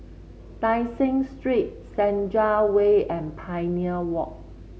Tai Seng Street Senja Way and Pioneer Walk